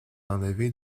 enlevée